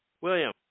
William